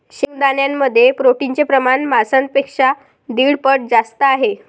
शेंगदाण्यांमध्ये प्रोटीनचे प्रमाण मांसापेक्षा दीड पट जास्त आहे